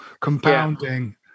compounding